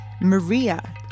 Maria